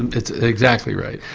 and that's exactly right.